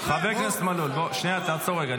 חבר הכנסת מלול, שנייה, תעצור רגע.